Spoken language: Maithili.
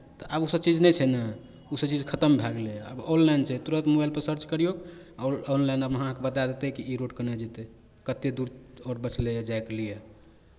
आब ओसभ चीज नहि छै ने ओसभ चीज खतम भए गेलै आब ऑनलाइन छै तुरन्त मोबाइलपर सर्च करियौ आओर ऑनलाइन आब अहाँकेँ बता देतै कि ई रोड केन्नऽ जेतै कतेक दूर आओर बचलैए जायके लिए